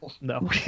no